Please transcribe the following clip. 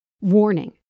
Warning